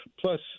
Plus